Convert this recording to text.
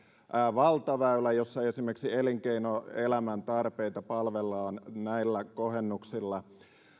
valtaväylä jossa esimerkiksi elinkeinoelämän tarpeita palvellaan näillä kohennuksilla